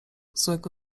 złego